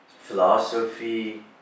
philosophy